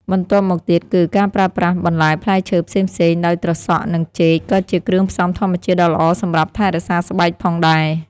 បន្ទាប់មកទៀតគឺ ការប្រើប្រាស់បន្លែផ្លែឈើផ្សេងៗ ដោយត្រសក់ និង ចេក ក៏ជាគ្រឿងផ្សំធម្មជាតិដ៏ល្អសម្រាប់ថែរក្សាស្បែកផងដែរ។